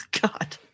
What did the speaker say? God